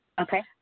Okay